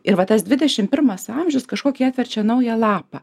ir va tas dvidešim pirmas amžius kažkokį atverčia naują lapą